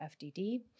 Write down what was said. FDD